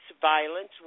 violence